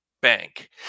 bank